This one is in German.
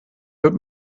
wird